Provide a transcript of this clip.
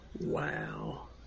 Wow